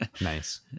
Nice